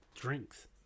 drinks